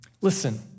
listen